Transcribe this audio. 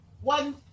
one